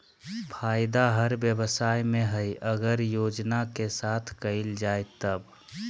फायदा हर व्यवसाय में हइ अगर योजना के साथ कइल जाय तब